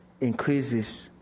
increases